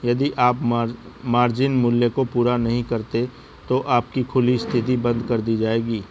यदि आप मार्जिन मूल्य को पूरा नहीं करते हैं तो आपकी खुली स्थिति बंद कर दी जाएगी